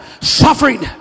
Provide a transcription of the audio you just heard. Suffering